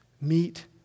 Meet